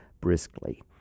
briskly